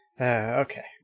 Okay